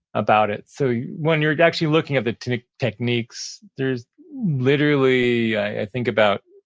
about it. so when you're actually looking at the techniques, there's literally i think about,